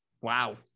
Wow